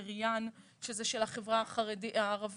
ב-"ריאן" שזה של החברה הערבית.